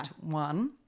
one